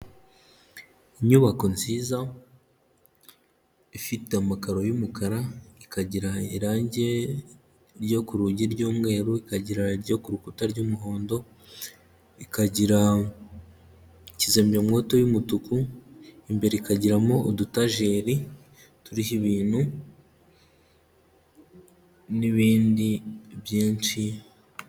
Inyubako nziza, ifite amakaro y'umukara ikagira irangi ryo ku rugi ry'umweru ikagira iryo ku rukuta ry'umuhondo, ikagira kizimyamwoto y'umutuku, imbere ikagiramo udutajeri turiho ibintu n'ibindi byinshi...